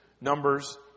Numbers